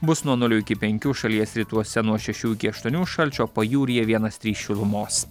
bus nuo nulio iki penkių šalies rytuose nuo šešių iki aštuonių šalčio pajūryje vienas trys šilumos